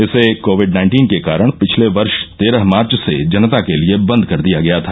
इसे Covid nineteen के कारण पिछले वर्ष तेरह मार्च से जनता के लिए बंद कर दिया गया था